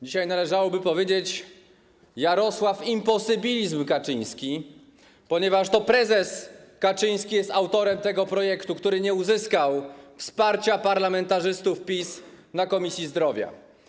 Dzisiaj należałoby powiedzieć: Jarosław imposybilizm Kaczyński, ponieważ to prezes Kaczyński jest autorem tego projektu, który nie uzyskał wsparcia parlamentarzystów PiS w Komisji Zdrowia.